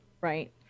Right